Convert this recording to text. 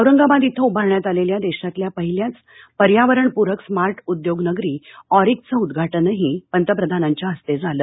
औरंगाबाद इथं उभारण्यात आलेल्या देशातल्या पहिल्याच पर्यावरणपूरक स्मार्ट उद्योग नगरी ऑरिकचं उद्वाटनही पंतप्रधानांच्या हस्ते झालं